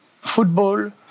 football